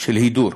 של הידור.